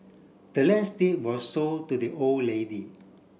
the land's deed was sold to the old lady